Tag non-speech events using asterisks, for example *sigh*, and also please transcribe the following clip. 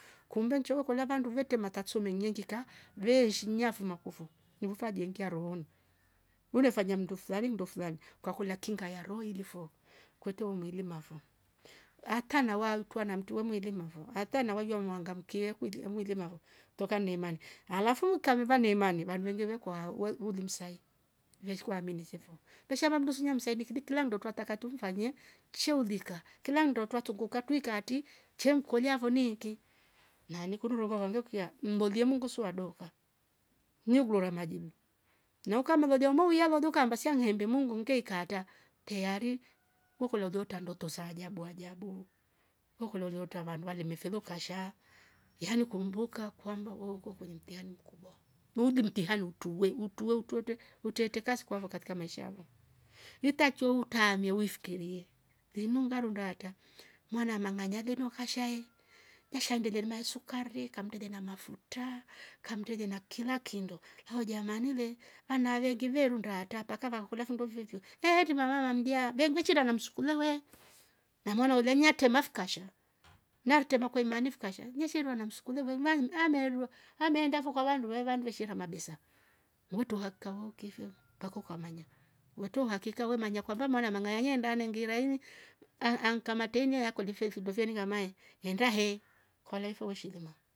Kumba nchoko kolia vandu vete matatizo menyengika veishinya fu makofo nuva jengea rohoni ule fanya mdnu fulani ndo fulani ukakola kinga ya roho ilivo kwete ungili mavo ata na walta namtua mwili mavo hata na waja wanangamkie kuji hujimaro toka nemanya halafu ukamva nemane vanu vewekwa weu ulumsai vishwka minisefo, peshava mndu suna msaibinkibiti la ndo twaka tumfanye cheulika kila ndotuwa tunguka twikati chemkolia vo niiki na likuduru uva kamvokia ndolie mungu suwadoka mungura majibu. Neukama lolia mauya lole lukamba sia ngehende mungu ngeikataa teari hulando ndaota ndoto za ajabu ajabu ukuloliata vanuwa limefelu kasha yani kumbuka kwamba we uko kwenye mkubwa. weigid mtihani utue mtue utwetwe utete kaskwavo katika maisha vo. Nitacho utamie uifkirie nimunda rundata mala manganya denuwaka shai pesha ndele maisu sukare kamteja na mafuta, kamteja na kila kindo hauja manile anavengi verunda ndaata paka vakula findo vyovyo hehe timama mja vengwi kwichida namsukuma ve mama naola nyiatema fkasha *noise* nartema kwema ni fukasha nisirwa msukuma vo mamnyi anerwa meenda foka vanduwe vamveshia mabesa. Mtu hakahoki fyo mpaka ukamanya wete uhakika we manya kwamba mwana mangayanye ndane ngirairi ahh ankama teneanye kundi ve funduveni ngame henda he kolai faushilima